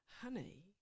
honey